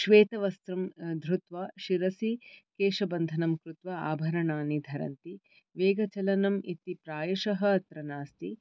श्वेतवस्त्रं धृत्त्वा शरसि केशबन्धनं कृत्त्वा आभरणानि धरन्ति वेगचलनमिति प्रायशः अत्र नास्ति